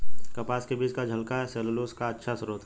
कपास के बीज का छिलका सैलूलोज का अच्छा स्रोत है